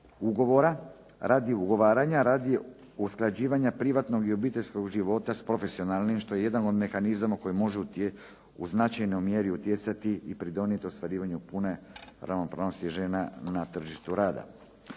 ugovora radi ugovaranja, radi usklađivanja privatnog i obiteljskog života s profesionalnim što je jedan od mehanizama koji može u značajnoj mjeri utjecati i pridonijeti ostvarivanju pune ravnopravnosti žena na tržištu rada.